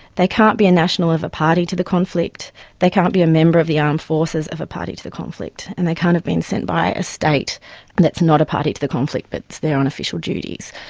they can't be a national of a party to the conflict, they can't be a member of the armed forces of a party to the conflict and they can't have been sent by a state and that's not a party to the conflict but that's there on official duties.